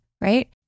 right